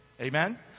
Amen